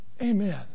Amen